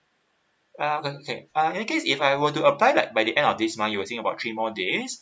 uh o~ okay uh in that case if I were to apply like by the end of this month using about three more days